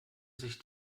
sich